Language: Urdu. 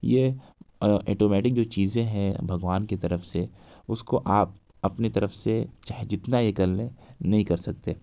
یہ ایٹومیٹک جو چیزیں ہیں بھگوان کی طرف سے اس کو آپ اپنی طرف سے چاہے جتنا یہ کر لیں نہیں کر سکتے